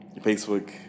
Facebook